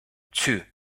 two